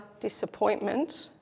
disappointment